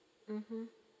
mm